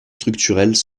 structurels